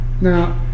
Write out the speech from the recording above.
Now